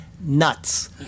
nuts